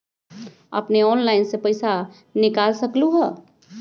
अपने ऑनलाइन से पईसा निकाल सकलहु ह?